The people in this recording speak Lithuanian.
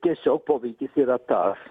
tiesiog pavyzdys yra tas